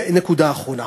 נקודה אחרונה.